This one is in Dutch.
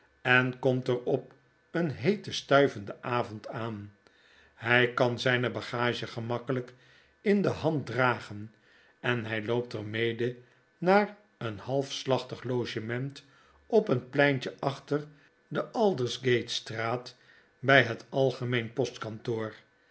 en komt er op een heeten stuivenden avond aan hy kan zrjne bagage gemakkelgk in de hand dragen en hij loopt er mede naar een halfslachtig logement op een pleintje achter de aldersgate straat bij het